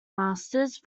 masters